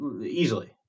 easily